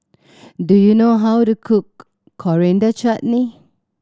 do you know how to cook Coriander Chutney